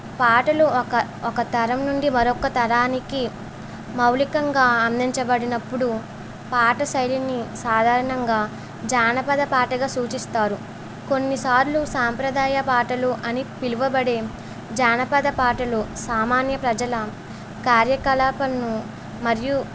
పాటలు ఒక ఒక తరం నుండి మరొక తరానికి మౌలికంగా అందించబడినప్పుడు పాట శైలిని సాధారణంగా జానపద పాటగా సూచిస్తారు కొన్నిసార్లు సాంప్రదాయ పాటలు అని పిలువబడే జానపద పాటలు సామాన్య ప్రజల కార్యకలాపంను మరియు